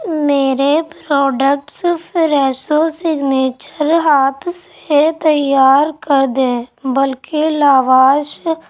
میرے پروڈکٹس فریسو سگنیچر ہاتھ سے تیار کر دیں بلکہ لواش